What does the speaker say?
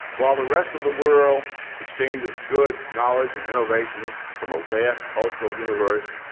while the rest of the world exchanges goods, knowledge, and innovations from a vast cultural universe,